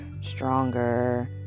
stronger